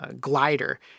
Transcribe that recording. glider